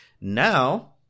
Now